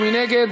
מי נגד?